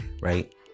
right